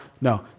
no